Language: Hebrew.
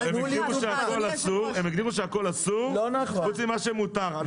לא, הם אמרו שהכול אסור חוץ ממה שמותר.